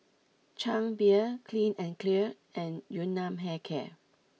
Chang Beer Clean and Clear and Yun Nam Hair Care